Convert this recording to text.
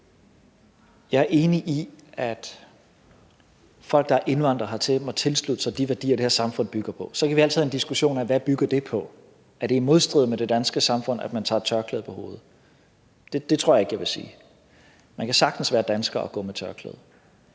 Jeg er enig i, at folk, der er indvandret hertil, må tilslutte sig de værdier, det her samfund bygger på. Så kan vi altid have en diskussion af, hvad det bygger på. Er det i modstrid med det danske samfund, at man tager et tørklæde på hovedet? Det tror jeg ikke jeg vil sige. Man kan sagtens være dansker og gå med tørklæde.